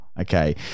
okay